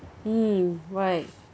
mm right